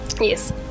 Yes